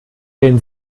den